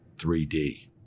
3D